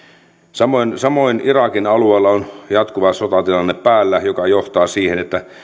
samoin samoin irakin alueella on jatkuva sotatilanne päällä mikä johtaa siihen että